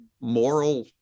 moral